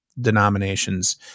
denominations